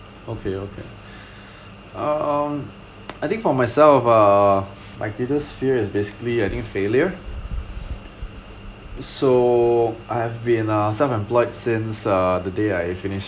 okay okay um I think for myself uh my greatest fear is basically I think failure so I have been uh self employed since uh the day I finish